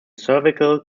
cervical